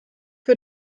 für